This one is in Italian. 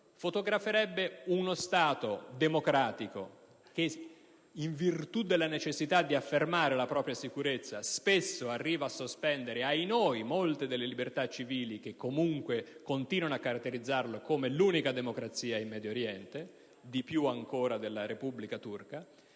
riprenderebbe uno Stato democratico che, in virtù della necessità di affermare la propria sicurezza spesso arriva a sospendere - ahinoi - molte delle libertà civili che, comunque, continuano a caratterizzarlo come l'unica democrazia in Medio Oriente (ancora di più della Repubblica turca).